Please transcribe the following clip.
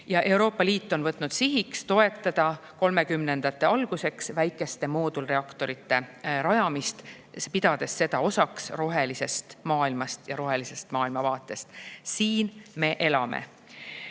Euroopa Liit on võtnud sihiks toetada 2030‑ndate alguseks väikeste moodulreaktorite rajamist, pidades seda osaks rohelisest maailmast ja rohelisest maailmavaatest. Siin me elame.